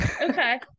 okay